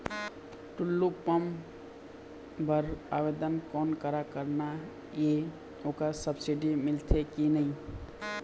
Tullu pump बर आवेदन कोन करा करना ये ओकर सब्सिडी मिलथे की नई?